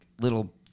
little